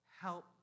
Help